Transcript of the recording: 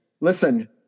Listen –